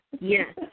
Yes